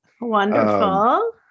Wonderful